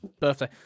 birthday